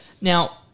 Now